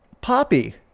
Poppy